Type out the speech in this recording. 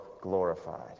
glorified